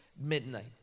midnight